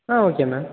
ah okay ma'am